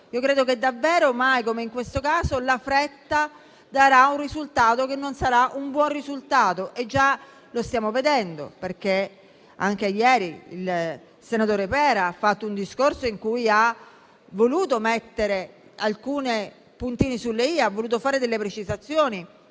credo che davvero mai come in questo caso la fretta darà un risultato che non sarà buono. E già lo stiamo vedendo, perché anche ieri il senatore Pera ha fatto un discorso in cui ha voluto mettere alcuni puntini sulle I e ha voluto fare delle precisazioni